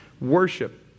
Worship